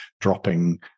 dropping